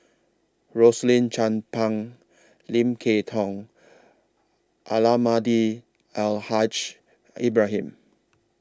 Rosaline Chan Pang Lim Kay Tong Almahdi Al Haj Ibrahim